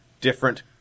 different